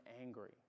angry